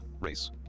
race